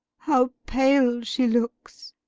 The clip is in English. how pale she lookes,